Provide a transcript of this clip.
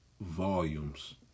volumes